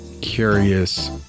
curious